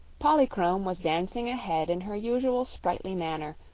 polychrome was dancing ahead in her usual sprightly manner,